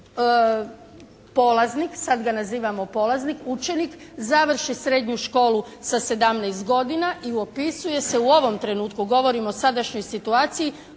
polaznik, sad ga nazivamo polaznik, učenik, završi srednju školu sa 17 godina i upisuje se u ovom trenutku, govorim o sadašnjoj situaciji